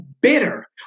bitter